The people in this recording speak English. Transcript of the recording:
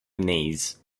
knees